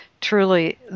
truly